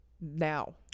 now